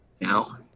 now